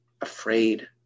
afraid